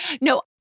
No